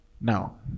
Now